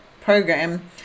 program